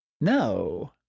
No